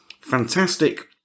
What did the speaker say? Fantastic